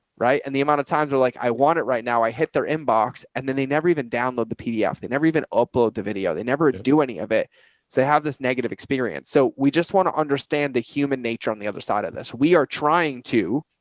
right. and the amount of times where like, i want it right now, i hit their inbox and then they never even download the pdf. they never even upload the video. they never do any of it. so they have this negative experience. so we just want to understand the human nature. on the other side of this, we are trying to.